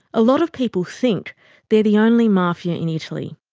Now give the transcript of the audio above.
a lot of people think they're the only mafia in italy.